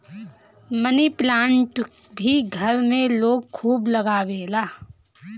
मनी plant भी घर में लोग खूब लगावेला